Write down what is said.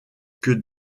que